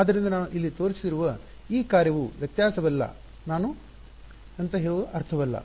ಆದ್ದರಿಂದ ನಾನು ಇಲ್ಲಿ ತೋರಿಸಿರುವ ಈ ಕಾರ್ಯವು ವ್ಯತ್ಯಾಸವಲ್ಲ ನಾನು ಅರ್ಥವಲ್ಲ